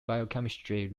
biochemistry